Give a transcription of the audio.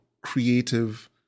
creative